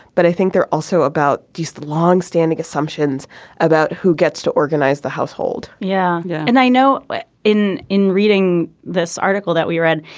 but i think they're also about just long standing assumptions about who gets to organize the household yeah yeah and i know it like in in reading this article that we read